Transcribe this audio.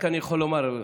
אני יכול לומר,